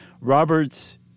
Roberts